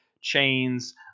chains